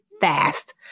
fast